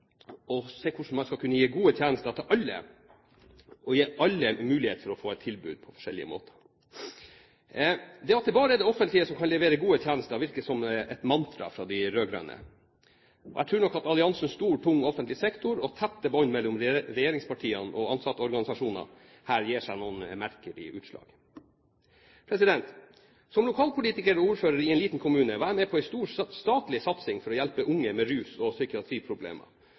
og se hvordan man kan gi gode tjenester til alle, og gi alle en mulighet til å få tilbudet på forskjellige måter. Det at det bare er det offentlige som kan levere gode tjenester, virker som et mantra fra de rød-grønne. Jeg tror nok at alliansen stor, tung offentlig sektor og tette bånd mellom regjeringspartiene og ansatteorganisasjonene her gir seg noen merkelige utslag. Som lokalpolitiker og ordfører i en liten kommune var jeg med på en stor statlig satsing for å hjelpe unge med rus- og psykiatriproblemer.